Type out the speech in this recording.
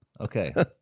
Okay